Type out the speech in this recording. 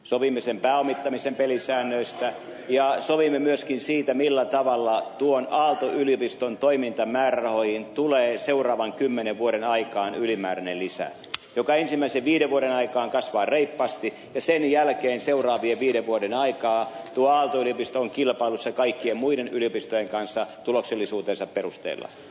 sovimme sen pääomittamisen pelisäännöistä ja sovimme myöskin siitä millä tavalla tuon aalto yliopiston toimintamäärärahoihin tulee seuraavan kymmenen vuoden aikaan ylimääräinen lisä joka ensimmäisen viiden vuoden aikaan kasvaa reippaasti ja sen jälkeen seuraavien viiden vuoden aikaan tuo aalto yliopisto on kilpailussa kaikkien muiden yliopistojen kanssa tuloksellisuutensa perusteella